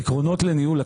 עקרונות לניהול הקרן.